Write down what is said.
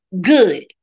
good